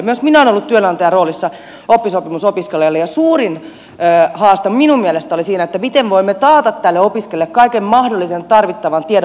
myös minä olen ollut työnantajan roolissa oppisopimusopiskelijalle ja suurin haaste minun mielestäni oli siinä miten voimme taata tälle opiskelijalle kaiken mahdollisen tarvittavan tiedon